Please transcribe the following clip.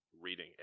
reading